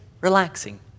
relaxing